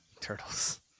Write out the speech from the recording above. Turtles